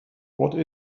what